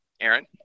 Aaron